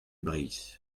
breizh